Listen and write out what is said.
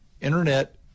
Internet